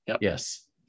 Yes